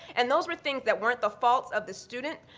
and those were things that weren't the faults of the student.